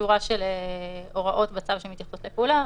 שורה של הוראות בצו שמתייחסות לפעולה,